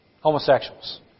homosexuals